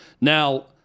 Now